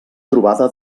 trobada